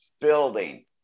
building